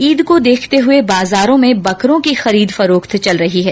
ईद को देखते हुए बाजारों में बकरों की खरीद फरोख्त चल रही है